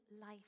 life